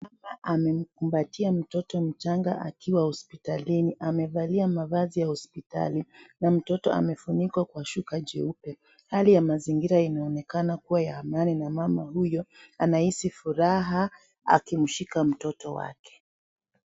Mama amemkumbatia mtoto mchanga akiwa hospitalini. Amevalia mavazi ya hospitali na mtoto amefunikwa kwa shuka cheupe. Hali ya mazingira inaonekana kuwa ya amani na mama huyo anahisi furaha akimshika mtoto wake.